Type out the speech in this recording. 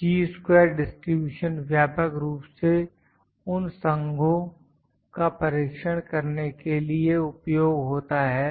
ची square distribution व्यापक रूप से उन संघों का परीक्षण करने के लिए उपयोग होता है